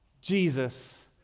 Jesus